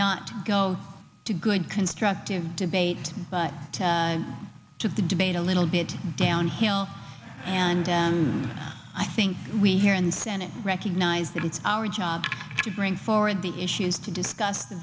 not go to good constructive debate but took the debate a little bit downhill and i think we here in the senate recognize that it's our job to bring forward the issues to discuss the